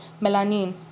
melanin